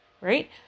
right